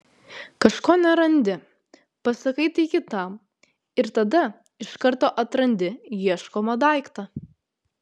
kažko nerandi pasakai tai kitam ir tada iš karto atrandi ieškomą daiktą